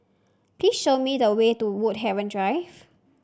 please show me the way to Woodhaven Drive